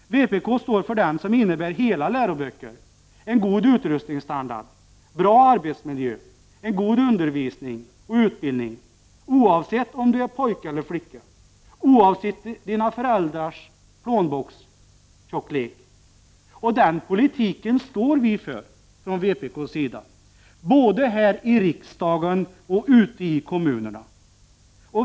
Vpk står för en politik som innebär hela läroböcker, en god utrustningsstandard, bra arbetsmiljö, en god undervisning och utbildning oavsett om du är pojke eller flicka, oavsett dina föräldrars plånboks tjocklek. Den politiken står vi i vpk för, både här i riksdagen och ute i kommunerna.